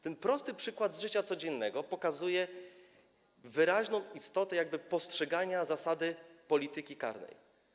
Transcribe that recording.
Ten prosty przykład z życia codziennego pokazuje wyraźnie istotę jakby postrzegania zasad polityki karnej.